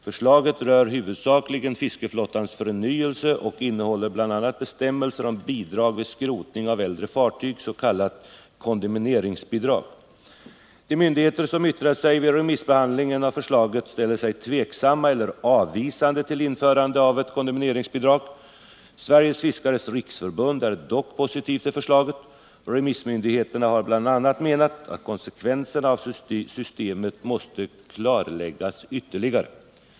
Förslaget rör huvudsakligen fiskeflottans förnyelse och innehåller bl.a. bestämmelser om bidrag vid skrotning av äldre fartyg, s.k. kondemneringsbidrag. De myndigheter som yttrat sig vid remissbehandlingen av förslaget ställer sig tveksamma eller avvisande till införande av ett kondemneringsbidrag. Sveriges fiskares riksförbund är dock positivt till förslaget. Remissmyndigheterna har bl.a. menat att konsekvenserna av systemet måste klarläggas ytterligare.